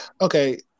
Okay